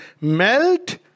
melt